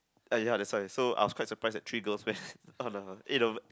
but ya that's why so I was quite surprised that three girls went on the